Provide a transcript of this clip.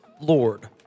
Lord